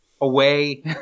away